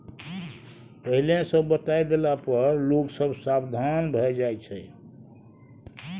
पहिले सँ बताए देला पर लोग सब सबधान भए जाइ छै